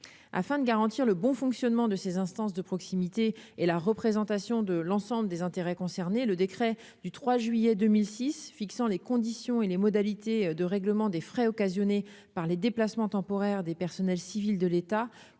afin de garantir le bon fonctionnement de ces instances de proximité et la représentation de l'ensemble des intérêts concernés, le décret du 3 juillet 2006 fixant les conditions et les modalités de règlement des frais occasionnés par les déplacements temporaires des personnels civils de l'État